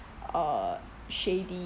uh shady